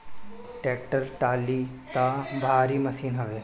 tractor trolley तअ भारी machine हवे